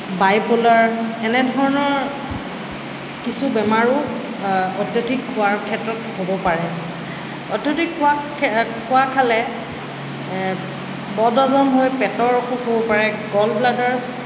bipolar এনেধৰণৰ কিছু বেমাৰো অত্যধিক খোৱাৰ ক্ষেত্ৰত হ'ব পাৰে অত্যধিক খোৱা খোৱা খালে বদহজম হৈ পেটৰ অসুখ হ'ব পাৰে গ'লব্লাডাৰচ